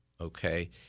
okay